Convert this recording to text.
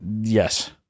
Yes